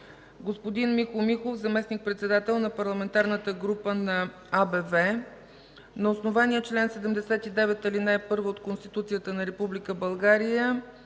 господин Михо Михов – заместник-председател на Парламентарната група на АБВ, на основание чл. 79, ал. 1 от Конституцията на Република България